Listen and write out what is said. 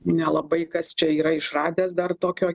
nelabai kas čia yra išradęs dar tokio